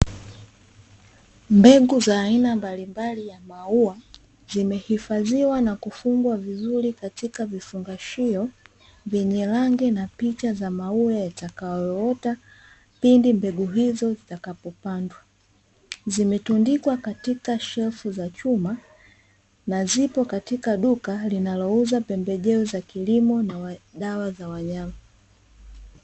Mbegu za aina mbalimbali ya maua, zimehifadhiwa na kufungwa vizuri katika vifungashio vyenye rangi na picha za maua yatakayoota pindi mbegu hizo zitakapo pandwa. Zimetundikwa katika shelfu za chuma, na zipo katika duka linalouza pembejeo za kilimo na dawa za wanyama.